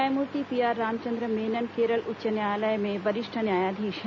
न्यायमूर्ति पीआर रामचंद्र मेनन केरल उच्च न्यायालय में वरिष्ठ न्यायाधीश हैं